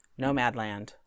Nomadland